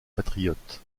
patriotes